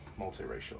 multiracial